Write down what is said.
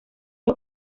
son